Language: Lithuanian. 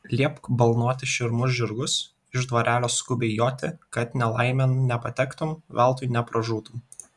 liepk balnoti širmus žirgus iš dvarelio skubiai joti kad nelaimėn nepatektum veltui nepražūtum